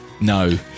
no